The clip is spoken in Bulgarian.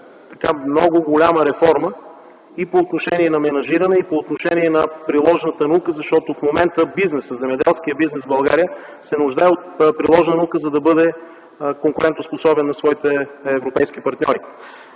много голяма реформа и по отношение на менажирането, и по отношение на приложната наука, защото в момента земеделският бизнес в България се нуждае от приложна наука, за да бъде конкурентоспособен на своите европейски партньори.